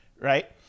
right